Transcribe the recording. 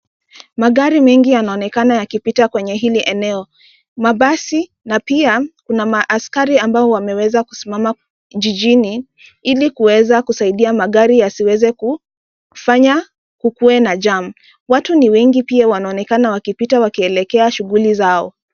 Magari mengi yanaonekana yakipita kwenye hili eneo, mabasi na pia kuna maasakari ambao wameweza kusimama jijini ili kuweza kusaidia magari yasiweze kufanya kukuwe na jam, watu ni wengi pia wanaonekana wakipita wakielekea shuguli zao.